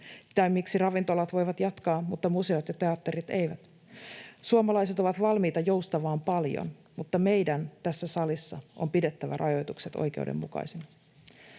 tai miksi ravintolat voivat jatkaa mutta museot ja teatterit eivät. Suomalaiset ovat valmiita joustamaan paljon, mutta meidän tässä salissa on pidettävä rajoitukset oikeudenmukaisina.